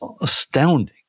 astounding